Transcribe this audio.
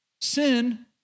sin